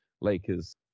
Lakers